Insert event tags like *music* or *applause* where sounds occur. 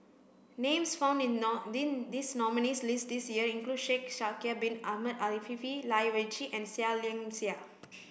names found in *unintelligible* this nominees' list this year include Shaikh Yahya Bin Ahmed Afifi Lai Weijie and Seah Liang Seah